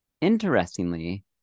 Interestingly